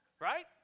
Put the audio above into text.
Right